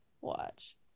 Watch